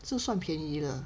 就算便宜了